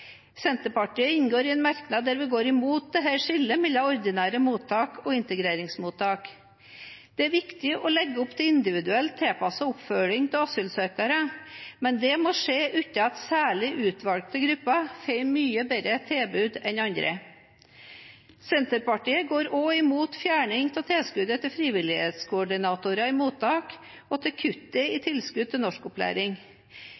Senterpartiet inngår i en merknad der vi går imot dette skillet mellom ordinære mottak og integreringsmottak. Det er viktig å legge opp til individuelt tilpasset oppfølging av asylsøkere, men det må skje uten at særlig utvalgte grupper får mye bedre tilbud enn andre. Senterpartiet går også imot fjerning av tilskuddet til frivillighetskoordinatorer i mottakene og kuttet i